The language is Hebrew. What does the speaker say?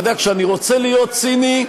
אתה יודע, כשאני רוצה להיות ציני,